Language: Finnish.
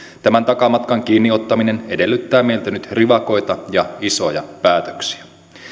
tämän takamatkan kiinni ottaminen edellyttää meiltä nyt rivakoita ja isoja päätöksiä